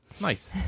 Nice